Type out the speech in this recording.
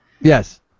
Yes